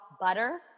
butter